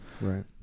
Right